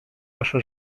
wasze